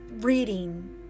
reading